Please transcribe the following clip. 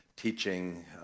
teaching